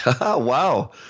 Wow